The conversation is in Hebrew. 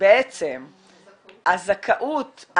בעצם הזכאות,